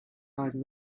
eyes